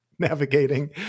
Navigating